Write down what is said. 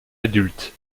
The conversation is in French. adulte